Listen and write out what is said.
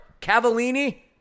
Cavallini